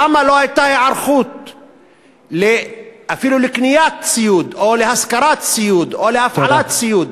למה לא הייתה היערכות אפילו לקניית ציוד או להשכרת ציוד או להפעלת ציוד?